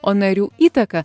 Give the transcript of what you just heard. o narių įtaka